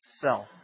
self